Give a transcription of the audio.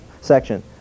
section